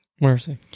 Mercy